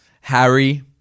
Harry